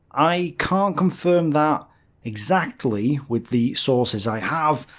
i can't confirm that exactly with the sources i have,